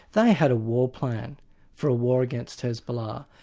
they had a war plan for a war against hezbollah,